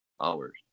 hours